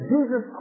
Jesus